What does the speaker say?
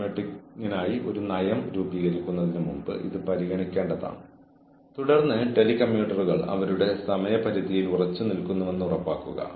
കാര്യങ്ങൾ ചെയ്യുക സാഹചര്യം വിലയിരുത്തുക നിങ്ങൾ സാഹചര്യം എങ്ങനെ കൈകാര്യം ചെയ്യുന്നു എന്നതിനെക്കുറിച്ച് വളരെ ശ്രദ്ധാലുവായിരിക്കുക